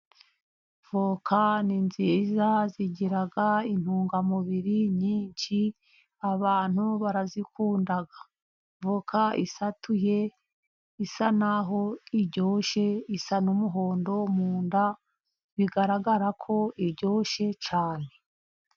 Voka ni nziza zigira intungamubiri nyinshi abantu barazikunda, voka isatuye isa naho iryoshye isa n'umuhondo mu nda bigaragarako iryoshye cyane.